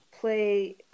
play